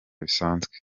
bisanzwe